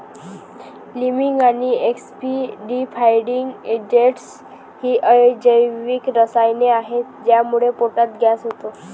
liming आणि acidifying agents ही अजैविक रसायने आहेत ज्यामुळे पोटात गॅस होतो